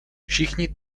všichni